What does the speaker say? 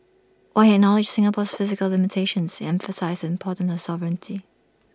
while he acknowledged Singapore's physical limitations he emphasised the importance of sovereignty